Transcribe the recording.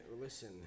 listen